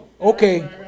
Okay